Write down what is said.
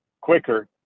quicker